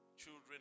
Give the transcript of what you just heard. Children